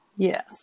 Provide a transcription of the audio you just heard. Yes